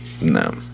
No